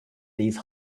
these